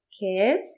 Kids